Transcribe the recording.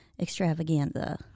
extravaganza